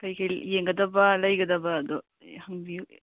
ꯀꯩ ꯀꯩ ꯌꯦꯡꯒꯗꯕ ꯂꯩꯒꯗꯕ ꯑꯗꯨ ꯍꯪꯕꯤꯌꯨ